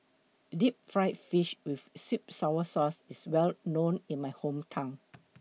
Deep Fried Fish with Sweet Sour Sauce IS Well known in My Hometown